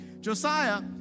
Josiah